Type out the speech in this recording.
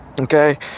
Okay